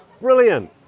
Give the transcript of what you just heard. Brilliant